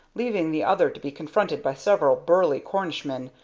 leaving the other to be confronted by several burly cornishmen,